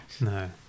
no